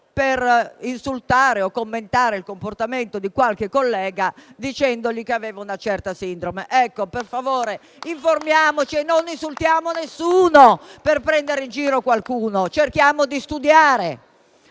per insultare o commentare il comportamento di qualche collega dicendogli che aveva una certa sindrome; per favore, informiamoci e non insultiamo nessuno per prendere in giro qualcuno, cerchiamo di studiare.